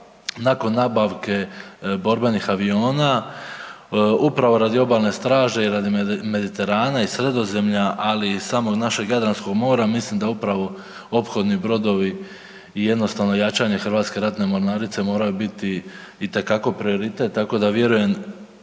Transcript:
Hrvatske ratne mornarice morao je biti itekako prioritet, tako da vjerujem